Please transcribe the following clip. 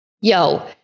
yo